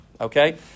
okay